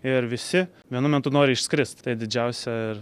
ir visi vienu metu nori išskrist tai didžiausia ir